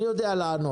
אני יודע לענות,